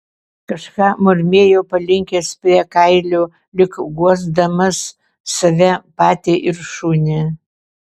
kažką murmėjo palinkęs prie kailio lyg guosdamas save patį ir šunį